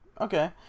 Okay